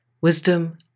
Wisdom